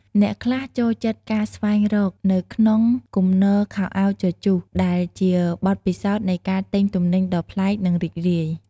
អ្នកខ្លះចូលចិត្តការស្វែងរក នៅក្នុងគំនរខោអាវជជុះ ដែលជាបទពិសោធន៍នៃការទិញទំនិញដ៏ប្លែក និងរីករាយ។